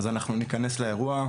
אז אנחנו ניכנס לאירוע.